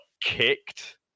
kicked